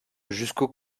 jusqu’au